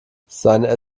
seine